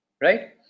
Right